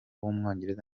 w’umwongereza